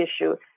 issue